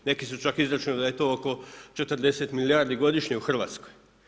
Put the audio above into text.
Neki su čak izračunali da je to oko 40 milijardi godišnje u Hrvatskoj.